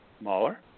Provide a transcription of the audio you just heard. Mauler